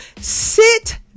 sit